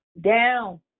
down